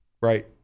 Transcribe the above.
Right